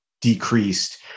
decreased